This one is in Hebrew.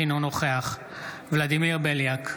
אינו נוכח ולדימיר בליאק,